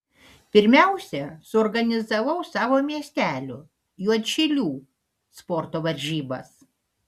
pirmiausia suorganizavau savo miestelio juodšilių sporto varžybas